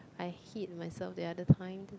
I hid myself the other time